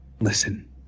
Listen